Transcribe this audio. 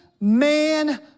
man